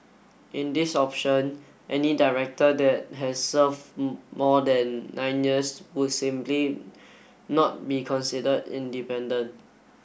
in this option any director that has serve more than nine years would simply not be considered independent